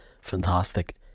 fantastic